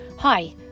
Hi